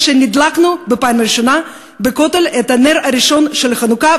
כשהדלקנו בפעם הראשונה בכותל את הנר הראשון של חנוכה.